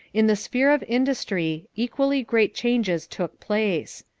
in the sphere of industry, equally great changes took place.